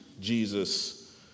Jesus